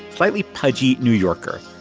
slightly-pudgy new yorker.